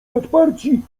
odparci